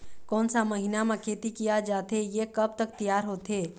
कोन सा महीना मा खेती किया जाथे ये कब तक तियार होथे?